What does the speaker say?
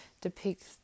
depict